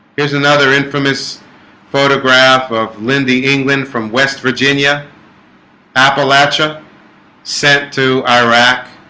here's another infamous photograph of linda england from west virginia appalachia sent to iraq